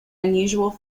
unusual